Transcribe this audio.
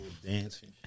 dancing